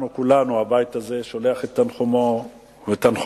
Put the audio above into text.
אנחנו כולנו בבית הזה שולחים את תנחומינו למשפחה,